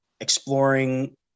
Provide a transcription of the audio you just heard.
exploring